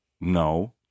No